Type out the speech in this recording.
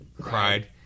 Cried